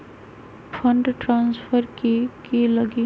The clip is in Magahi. फंड ट्रांसफर कि की लगी?